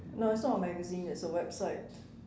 no it's not a magazine it's a website